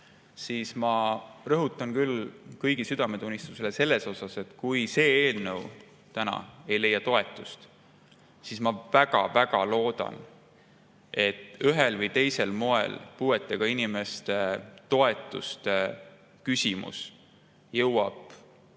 siis ma rõhun küll kõigi südametunnistusele. Kui see eelnõu täna ei leia toetust, siis ma väga-väga loodan, et ühel või teisel moel puuetega inimeste toetuste küsimus jõuab